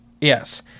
yes